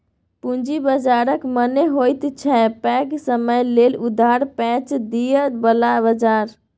पूंजी बाजारक मने होइत छै पैघ समय लेल उधार पैंच दिअ बला बजार